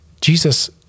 Jesus